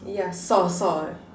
yeah saw saw